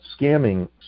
scamming